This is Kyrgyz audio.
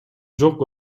жок